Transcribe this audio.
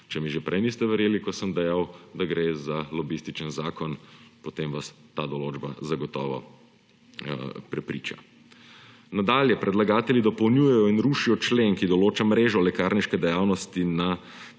Če mi že prej niste verjeli, ko sem dejal, da gre za lobističen zakon, potem vas ta določba zagotovo prepriča. Nadalje, predlagatelji dopolnjujejo in rušijo člen, ki določa mrežo lekarniške dejavnosti na